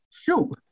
shoot